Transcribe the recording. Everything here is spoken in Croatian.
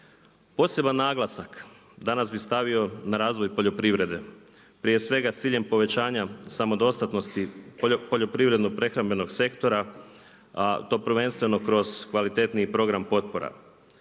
Poseban naglasak danas bih stavio na razvoj poljoprivrede prije svega sa ciljem povećanja samodostatnosti poljoprivredno prehrambenog sektora, to prvenstveno kroz kvalitetniji program potpora.